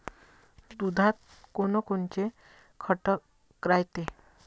दुधात कोनकोनचे घटक रायते?